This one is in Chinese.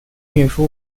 运输